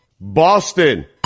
Boston